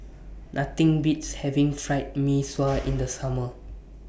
Nothing Beats having Fried Mee Sua in The Summer